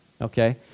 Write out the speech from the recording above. okay